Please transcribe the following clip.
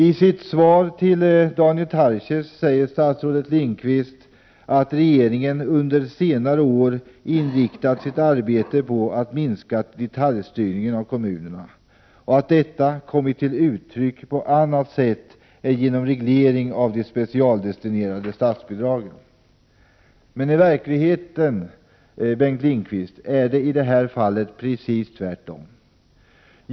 I sitt svar till Daniel Tarschys säger statsrådet Lindqvist att regeringen ”under senare år inriktat sitt arbete på att minska detaljstyrningarna av kommunerna” och att detta ”kommit till uttryck på annat sätt än genom regleringen av de specialdestinerade bidragen”. I verkligheten är det emellertid, Bengt Lindqvist, precis tvärtom i det här fallet.